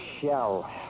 shell